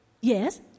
Yes